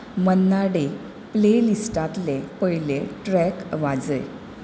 मन्नाडे प्लॅलिस्टांतले पयले ट्रेक वाजय